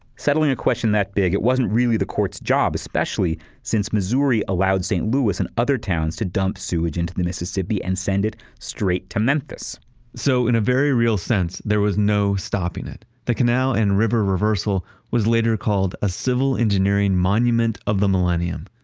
settling a question that big, it wasn't really the court's job, especially since missouri allowed st. louis and other towns to dump sewage into the mississippi and send it straight to memphis so, in a very real sense, there was no stopping it. the canal and the river reversal was later called, a civil engineering monument of the millennium.